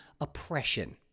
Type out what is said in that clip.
oppression